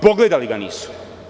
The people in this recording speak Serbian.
Pogledali ga nisu.